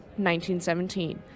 1917